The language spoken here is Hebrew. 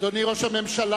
אדוני ראש הממשלה,